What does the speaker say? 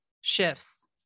shifts